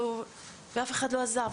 ואף אחד לא עזר,